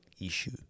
issue